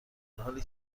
حالی